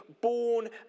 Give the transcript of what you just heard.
born